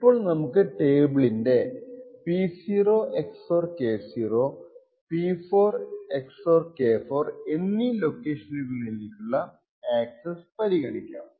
ഇപ്പോൾ നമുക്ക് ഈ ടേബിളിന്റെ P0 XOR K0 P4 XOR K4 എന്നീ ലൊക്കേഷനുകളിലേക്കുള്ള അക്സസ്സ് പരിഗണിക്കാം